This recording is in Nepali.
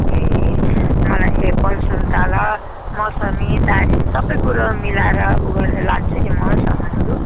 ए मलाई एप्पल सुन्तला मौसमी दारिम सबै कुरा मिलाएर उयो गरेर लान्छु नि म सामानहरू